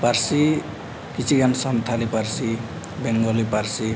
ᱯᱟᱹᱨᱥᱤ ᱠᱤᱪᱷᱩ ᱜᱟᱱ ᱥᱟᱱᱛᱟᱲᱤ ᱯᱟᱹᱨᱥᱤ ᱵᱮᱝᱜᱚᱞᱤ ᱯᱟᱹᱨᱥᱤ